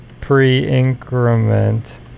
pre-increment